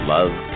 Love